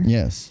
Yes